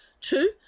Two